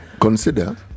Consider